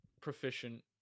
proficient